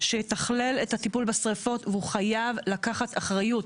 שיתכלל את הטיפול בשריפות, הוא חייב לקחת אחריות.